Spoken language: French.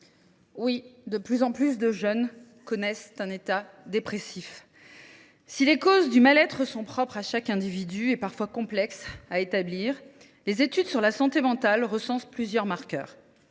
Oui, de plus en plus de jeunes connaissent un état dépressif. Si les causes du mal être sont propres à chaque individu et parfois complexes à établir, les études sur la santé mentale recensent plusieurs marqueurs.